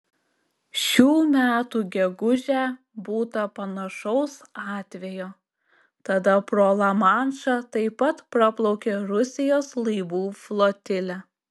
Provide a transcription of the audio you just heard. šių metų gegužę būta panašaus atvejo tada pro lamanšą taip pat praplaukė rusijos laivų flotilė